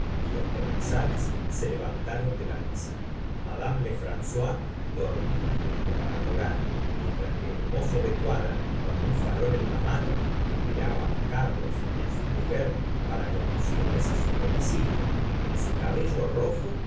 y los comensales se levantaron de la mesa ma dame lefrancois dormía junto al hogar mientras que el mozo de cuadra con un farol en la mano esperaba carlos y su mujer para conducirles su domicilio en su cabello rojo